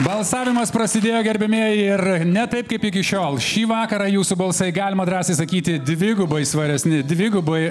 balsavimas prasidėjo gerbiamieji ir ne taip kaip iki šiol šį vakarą jūsų balsai galima drąsiai sakyti dvigubai svaresni dvigubai